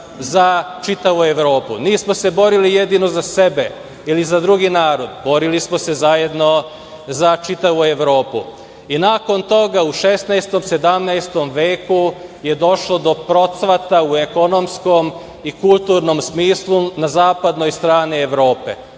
za čitavu Evropu. Nismo se borili jedino za sebe ili za drugi narod, borili smo se zajedno za čitavu Evropu. Nakon toga u 16. i 17. veku je došlo do procvata u ekonomskom i kulturnom smislu na zapadnoj strani Evrope.